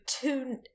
two